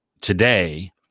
today